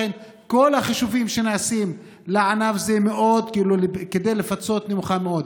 לכן כל החישובים שנעשים בענף זה כדי לפצות הם נמוכים מאוד.